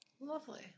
Lovely